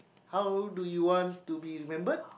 how do you want to be remembered